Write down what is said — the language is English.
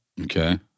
Okay